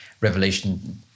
revelation